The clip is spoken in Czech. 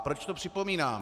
Proč to připomínám?